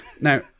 Now